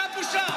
אתה בושה,